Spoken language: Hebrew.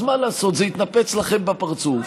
אז מה לעשות, זה התנפץ לכם בפרצוף.